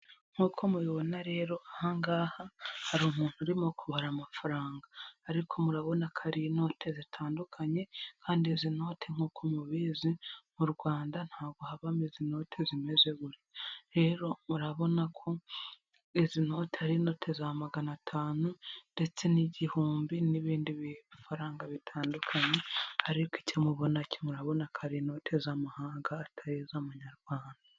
Nk'uko mubibona rero aha ngaha, hari umuntu urimo kubara amafaranga ariko murabona ko ari inote zitandukanye kandi izi note nk'uko mubizi, mu Rwanda ntabwo habamo izi note zimeze gutya. Rero murabona ko izi note ari inote za magana atanu ndetse n'igihumbi, n'ibindi bifaranga bitandukanye. Ariko icyo mubona cyo murabona ko ari inote z'amahanga, atari iz'amanyarwanda.